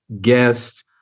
guest